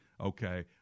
Okay